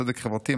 צדק חברתי,